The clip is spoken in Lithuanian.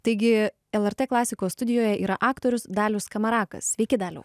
taigi lrt klasikos studijoje yra aktorius dalius skamarakas sveiki daliau